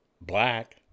black